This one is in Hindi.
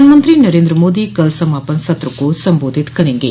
प्रधानमंत्री नरेन्द्र मोदी कल समापन सत्र को संबोधित करेंगे